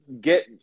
get